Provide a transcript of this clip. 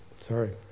Sorry